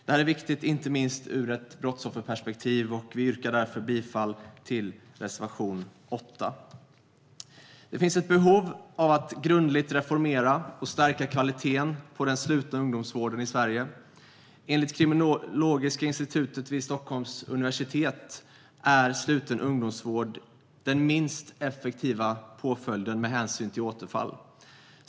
Detta är viktigt inte minst ur ett brottsofferperspektiv. Vi yrkar därför bifall till reservation 8. Det finns ett behov av att grundligt reformera och stärka kvaliteten på den slutna ungdomsvården i Sverige. Enligt kriminologiska institutionen vid Stockholms universitet är sluten ungdomsvård den minst effektiva påföljden med hänsyn till återfall.